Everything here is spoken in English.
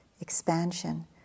expansion